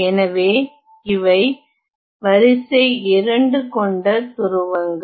எனவே இவை வரிசை 2 கொண்ட துருவங்கள்